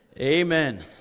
Amen